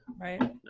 right